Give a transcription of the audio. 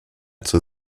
zur